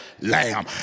lamb